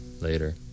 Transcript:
Later